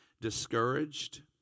discouraged